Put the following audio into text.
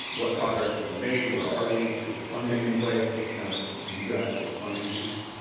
what progress have we made, where are we, is the funding in place, that's kind of on you guys for the funding piece.